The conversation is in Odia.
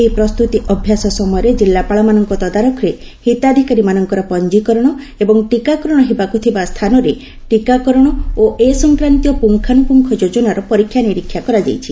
ଏହି ପ୍ରସ୍ତୁତି ଅଭ୍ୟାସ ସମୟରେ ଜିଲ୍ଲାପାଳମାନଙ୍କ ତଦାରଖରେ ହିତାଧିକାରୀମାନଙ୍କର ପଞ୍ଜୀକରଣ ଏବଂ ଟୀକାକରଣ ହେବାକୁ ଥିବା ସ୍ଥାନରେ ଟୀକାକରଣ ଓ ଏ ସଂକ୍ରାନ୍ତୀୟ ପୁଙ୍ଗାନୁପୁଙ୍ଗ ଯୋଜନାର ପରୀକ୍ଷା ନିରୀକ୍ଷା କରାଯାଇଛି